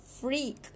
freak